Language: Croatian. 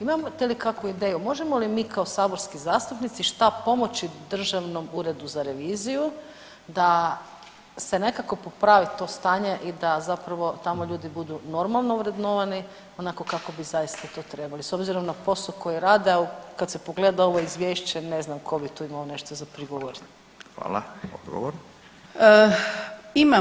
Imate li kakvu ideju, možemo li mi kao saborski zastupnici šta pomoći državnom uredu za reviziju da se nekako popravi to stanje i da zapravo tamo ljudi budu normalno vrednovani onako kako bi zaista to trebali s obzirom na posao koji rade, a kad se pogleda ovo izvješće ne znam ko bi tu imao nešto za prigovorit.